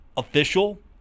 official